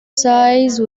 size